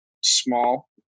small